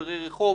דרי רחוב